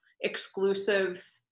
exclusive